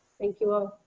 thank you all.